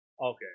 Okay